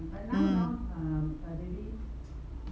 mm